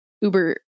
Uber